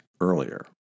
earlier